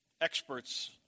experts